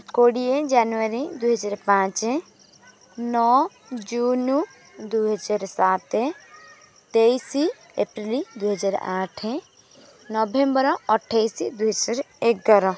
କୋଡ଼ିଏ ଜାନୁଆରୀ ଦୁଇ ହଜାରେ ପାଞ୍ଚେ ନଅ ଜୁନ୍ ଦୁଇ ହଜାରେ ସାତ ତେଇଶି ଏପ୍ରିଲ ଦୁଇ ହଜାର ଆଠ ନଭେମ୍ବର ଅଠାଇଶି ଦୁଇ ହଜାର ଏଗାର